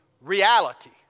reality